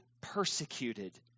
persecuted